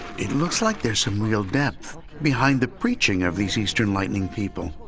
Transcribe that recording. it looks like there's some real depth behind the preaching of these eastern lightning people.